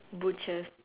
butchers